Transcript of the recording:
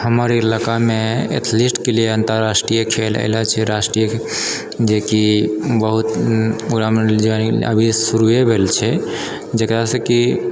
हमर इलाकामे एथलीट्सके लिए अन्तर्राष्ट्रीय खेल एलो छै अन्तर्राष्ट्रीय जेकि बहुत ओकरामे जॉइनिंग अभी शुरूए भेल छै जकरासँ कि